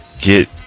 get